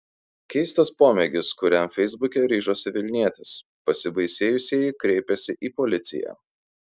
keistas pomėgis kuriam feisbuke ryžosi vilnietis pasibaisėjusieji kreipėsi į policiją